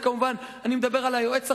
כמובן, אני מדבר על היועץ החדש,